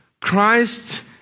Christ